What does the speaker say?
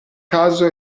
caso